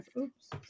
oops